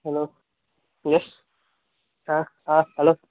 hello yes आं आं hello